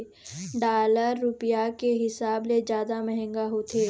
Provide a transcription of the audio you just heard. dollar रुपया के हिसाब ले जादा मंहगा होथे